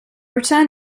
return